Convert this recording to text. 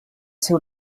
ser